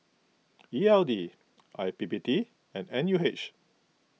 E L D I P P T and N U H